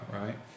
right